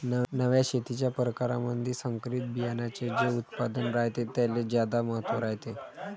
नव्या शेतीच्या परकारामंधी संकरित बियान्याचे जे उत्पादन रायते त्याले ज्यादा महत्त्व रायते